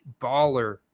baller